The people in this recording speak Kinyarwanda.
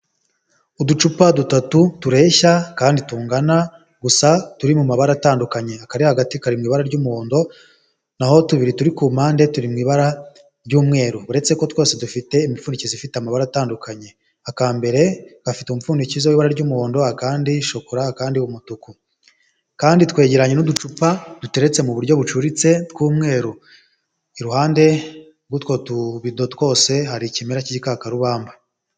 Uducupa dutatu tureshya kandi tungana ,gusa turi mu mabara atandukanye, akari hagati kari mu ibara ry'umuhondo naho tubiri turi ku mpande turi mu ibara ry'umweru uretse ko twose dufite imipfundikizo ifite amabara atandukanye , aka mbere gafite umupfundikizo w' ibara ry'umuhondo akandi shokora akandi umutuku, kandi twegeranye n'uducupa duteretse mu buryo bucuritse tw'umweru, iruhande rw'utwo tubido twose hari ikimera cy'igikakarubamba.